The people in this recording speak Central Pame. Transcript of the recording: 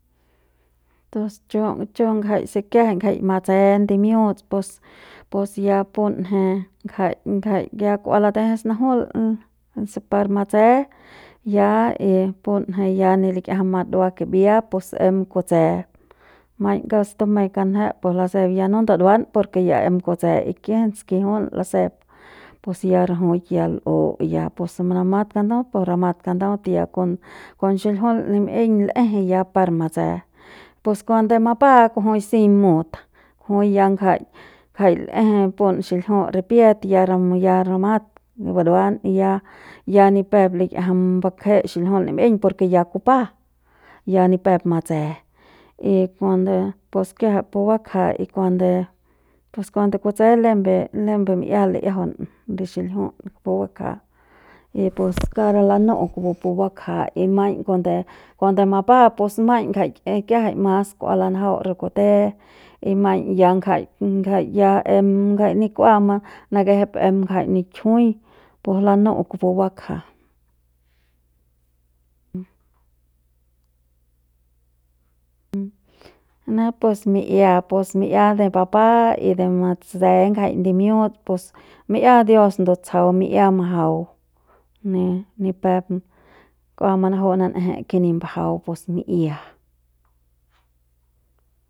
Tus chu chu ngjai se kiajai ngjai matse ndimiuts pues ya punje ngjai ngjai ya kua lateje snajul se par matse ya y punje ya ni likiajam madua kimbia pus em kutse maiñ kauk se tumeik kanjet pus lasep ya no ndaduan por ya em kutse y kijit skijiul lasep pus ya rajuik ya l'u ya pus manamat kandaut pus ramat kandaut ya kon xiljiul nim'iñ l'eje ya par matse pus kaunde mapa kujui si mut kujui ya ngjai ngjai l'eje pun xiljiul ripiet ya ra ya ramat buruan ya ya ni pep likiaja mbakje xiljiul nimiñ por ke ya kupa ya ni pep matse y kuande pus kiajai pu bakja y kuande pus kuande kutse lembe lembe mi'ia li'iajaun pu xiljiut pu bakja y pus kauk lanu'u kupu pu bakja y maiñ kuande kuande mapa pua maiñ ngjai kiajai mas kua lanjau re kute y maiñ ya ngjai, ngjai ya em em ni k'ua ma nakejem em nikjuiñ la nu'u kupu bakja ne pus mi'ia pus mi'ia de bapa y de matse ngjai ndimiuts pus mi'ia dios ndutsjau mi'ia majau ne ni pep kua manaju'u nan'eje ke nip mbajau pus mi'ia.